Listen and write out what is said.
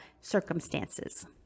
circumstances